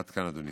עד כאן, אדוני.